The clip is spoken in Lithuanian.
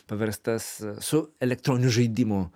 paverstas su elektroninių žaidimų